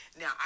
Now